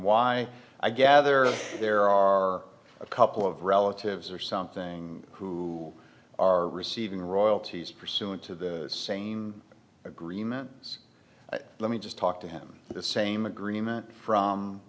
why i gather there are a couple of relatives or something who are receiving royalties pursuant to the same agreements let me just talk to him the same agreement from